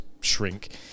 shrink